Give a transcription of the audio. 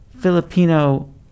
Filipino